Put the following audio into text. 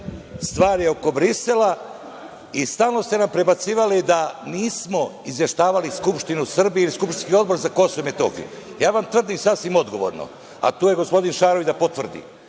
stvari oko Brisela i stalno ste nam prebacivali da nismo izveštavali Skupštinu Srbije ili skupštinski Odbor za KiM.Ja vam tvrdim sasvim odgovorno, a tu je gospodin Šarović da potvrdi,